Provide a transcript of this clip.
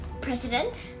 president